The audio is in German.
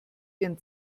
ihren